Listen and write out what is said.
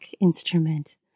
instrument